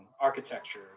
architecture